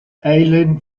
eileen